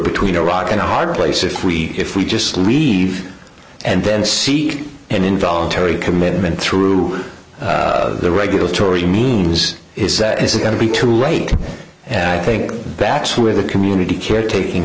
between a rock and a hard place if we if we just leave and then seek an involuntary commitment through the regulatory means is that it's going to be too late and i think that's where the community caretaking